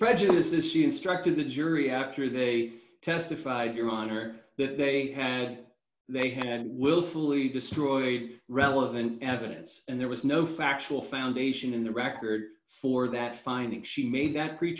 prejudice is she instructed the jury after they testified your honor that they had they had willfully destroyed relevant evidence and there was no factual foundation in the record for that finding she made that